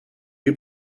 you